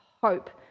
hope